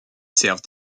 servent